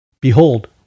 Behold